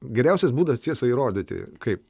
geriausias būdas tiesą įrodyti kaip